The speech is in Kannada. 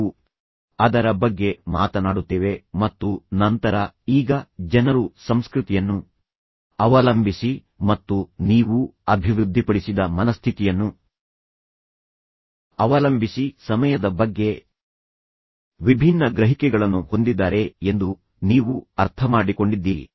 ನಾವು ಅದರ ಬಗ್ಗೆ ಮಾತನಾಡುತ್ತೇವೆ ಮತ್ತು ನಂತರ ಈಗ ಜನರು ಸಂಸ್ಕೃತಿಯನ್ನು ಅವಲಂಬಿಸಿ ಮತ್ತು ನೀವು ಅಭಿವೃದ್ಧಿಪಡಿಸಿದ ಮನಸ್ಥಿತಿಯನ್ನು ಅವಲಂಬಿಸಿ ಸಮಯದ ಬಗ್ಗೆ ವಿಭಿನ್ನ ಗ್ರಹಿಕೆಗಳನ್ನು ಹೊಂದಿದ್ದಾರೆ ಎಂದು ನೀವು ಅರ್ಥಮಾಡಿಕೊಂಡಿದ್ದೀರಿ